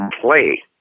play